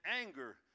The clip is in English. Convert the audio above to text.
anger